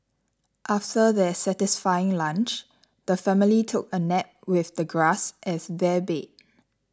after their satisfying lunch the family took a nap with the grass as their bed